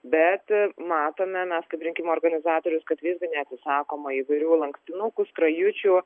bet matome mes kaip rinkimų organizatorius kad visgi neatsisakoma įvairių lankstinukų skrajučių